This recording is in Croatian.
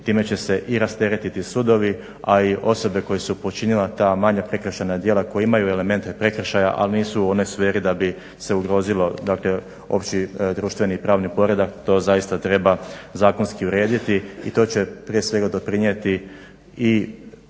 Time će se i rasteretiti sudovi, a i osobe koje su počinile ta manja prekršajna djela koja imaju elemente prekršaja ali nisu u onoj sferi da bi se ugrozilo, dakle opći društveni i pravni poredak. To zaista treba zakonski urediti i to će prije svega doprinijeti i